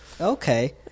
Okay